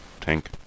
tank